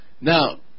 Now